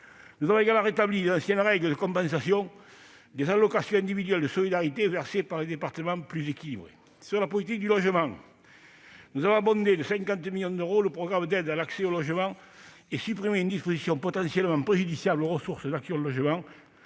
Nous avons également rétabli les anciennes règles, plus équilibrées, de compensation des allocations individuelles de solidarité versées par les départements. Sur la politique du logement, nous avons abondé de 50 millions d'euros le programme d'aide à Action Logement et supprimé une disposition potentiellement préjudiciable aux ressources de cet